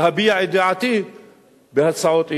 להביע את דעתי בהצעות אי-אמון,